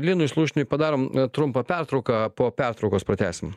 linui slušniui padarom trumpą pertrauką po pertraukos pratęsim